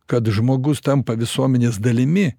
kad žmogus tampa visuomenės dalimi